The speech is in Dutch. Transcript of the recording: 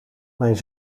mijn